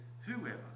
whoever